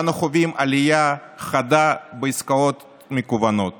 אנו חווים עלייה חדה בעסקאות מקוונות